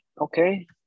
Okay